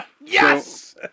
Yes